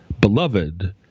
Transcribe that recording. beloved